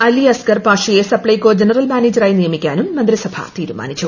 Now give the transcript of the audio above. അലി അസ്ഗർ പാഷയെ സപ്സൈകോ ജനറൽ മാനേജറായി നിയമിക്കാനും മന്ത്രിസഭ തീരുമാനിച്ചു